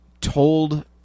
told